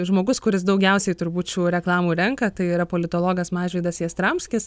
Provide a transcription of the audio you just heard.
žmogus kuris daugiausiai turbūt šių reklamų renka tai yra politologas mažvydas jastramskis